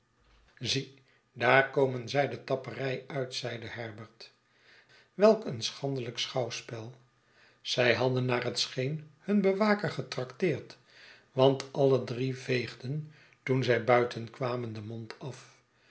zie daar komen zij de tapperij uit zeide herbert welk een schandelijk schouwspel zij hadden naar het scheen hun bewaker getrakteerd want alle drie veegden toen zij buiten kwamen den mond af